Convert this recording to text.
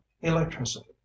electricity